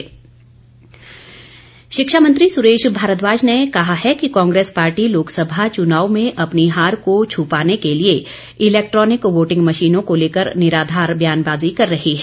सुरेश भारद्वाज वरिष्ठ भाजपा नेता व शिक्षामंत्री सुरेश भारद्वाज ने कहा है कि कांग्रेस पार्टी लोकसभा चुनाव में अपनी हार को छुपाने के लिए इलैक्ट्रॉनिक वोटिंग मशीनों को लेकर निराधार बयानबाजी कर रही है